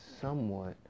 somewhat